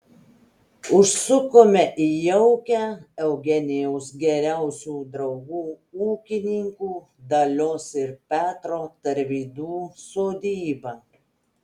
užsukome į jaukią eugenijaus geriausių draugų ūkininkų dalios ir petro tarvydų sodybą